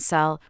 Cell